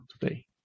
today